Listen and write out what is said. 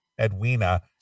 Edwina